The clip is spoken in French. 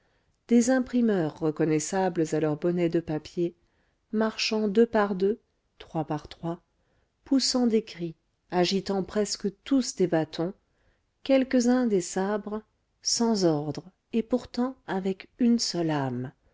des imprimeurs reconnaissables à leurs bonnets de papier marchant deux par deux trois par trois poussant des cris agitant presque tous des bâtons quelques-uns des sabres sans ordre et pourtant avec une seule âme